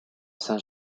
saint